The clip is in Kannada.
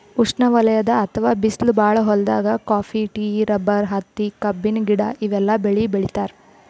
ಉಷ್ಣವಲಯದ್ ಅಥವಾ ಬಿಸ್ಲ್ ಭಾಳ್ ಹೊಲ್ದಾಗ ಕಾಫಿ, ಟೀ, ರಬ್ಬರ್, ಹತ್ತಿ, ಕಬ್ಬಿನ ಗಿಡ ಇವೆಲ್ಲ ಬೆಳಿ ಬೆಳಿತಾರ್